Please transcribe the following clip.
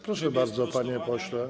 Proszę bardzo, panie pośle.